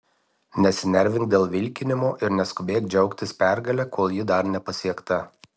nesinervink dėl vilkinimo ir neskubėk džiaugtis pergale kol ji dar nepasiekta